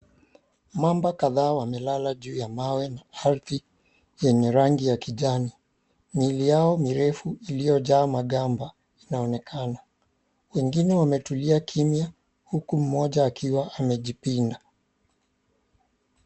Mamba kadhaa wamelala juu ya mawe na ardhi yenye rangi ya kijani. Miili yao mirefu iliyojaa magamba inaonekana. Wengine wametulia kimya huku mmoja akiwa amejipinda.